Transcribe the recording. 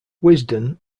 wisden